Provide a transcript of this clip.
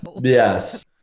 Yes